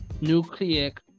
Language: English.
Nucleic